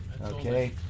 Okay